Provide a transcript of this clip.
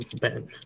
Ben